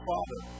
Father